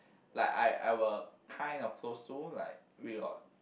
like I I were kind of close to like we got